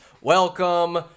welcome